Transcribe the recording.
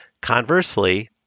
Conversely